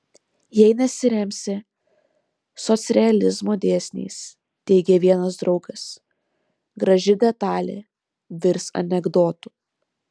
jei nesiremsi socrealizmo dėsniais teigė vienas draugas graži detalė virs anekdotu